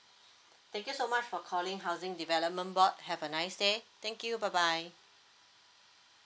thank you so much for calling housing development board have a nice day thank you bye bye